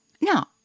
Now